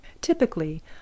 Typically